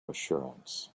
assurance